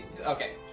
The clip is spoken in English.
okay